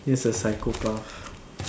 he's a psychopath